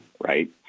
right